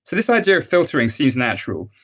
so this idea of filtering seems natural,